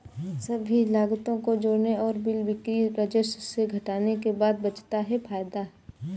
सभी लागतों को जोड़ने और कुल बिक्री राजस्व से घटाने के बाद बचता है फायदा है